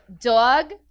dog